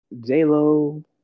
J-Lo